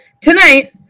tonight